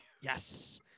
yes